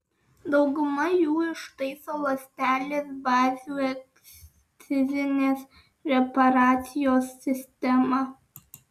daugumą jų ištaiso ląstelės bazių ekscizinės reparacijos sistema